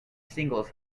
singles